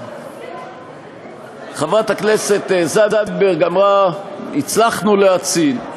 חברת הכנסת זנדברג אמרה: הצלחנו להציל.